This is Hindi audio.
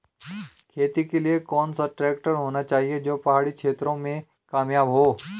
खेती के लिए कौन सा ट्रैक्टर होना चाहिए जो की पहाड़ी क्षेत्रों में कामयाब हो?